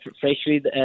freshly